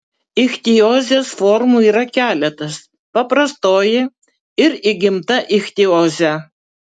ichtiozės formų yra keletas paprastoji ir įgimta ichtiozė